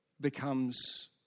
becomes